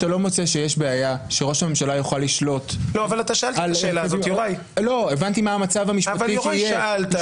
שראש הממשלה יוכל לשלוט על הרכבים --?